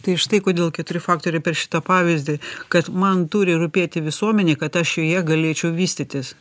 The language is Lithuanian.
tai štai kodėl keturi faktoriai per šitą pavyzdį kad man turi rūpėti visuomenė kad aš joje galėčiau vystytis